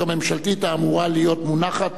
הגברת התחרותיות וצמצום סיכונים,